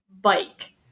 bike